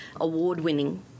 award-winning